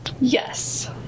Yes